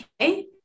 okay